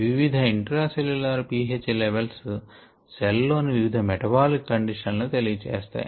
వివిధ intracellular pH levels cell లోని వివిధ మెటబాలిక్ కండిషన్స్ లను తెలియ చేస్తాయి